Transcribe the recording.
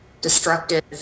destructive